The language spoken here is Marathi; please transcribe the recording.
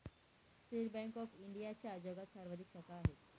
स्टेट बँक ऑफ इंडियाच्या जगात सर्वाधिक शाखा आहेत